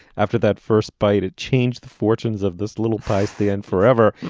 after that first bite it changed the fortunes of this little prize the end forever.